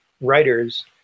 writers